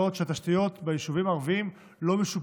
שהתשתיות ביישובים הערביים לא משופרות,